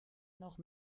noch